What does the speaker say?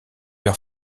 leur